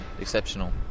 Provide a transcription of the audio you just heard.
exceptional